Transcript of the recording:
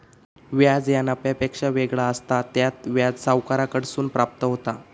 व्याज ह्या नफ्यापेक्षा वेगळा असता, त्यात व्याज सावकाराकडसून प्राप्त होता